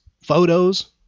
photos